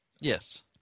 Yes